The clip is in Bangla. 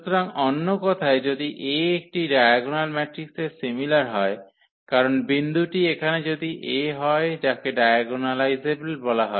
সুতরাং অন্য কথায় যদি A একটি ডায়াগোনাল ম্যাট্রিক্সের সিমিলার হয় কারণ বিন্দুটি এখানে যদি A হয় যাকে ডায়াগোনালাইজেবল বলা হয়